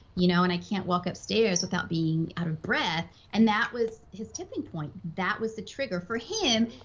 you know and i can't walk upstairs without being out of breath. and that was his tipping point. that was the trigger for him,